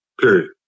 Period